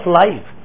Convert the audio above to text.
life